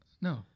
No